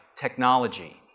technology